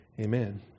Amen